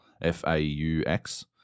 F-A-U-X